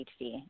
HD